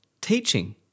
Teaching